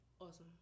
Awesome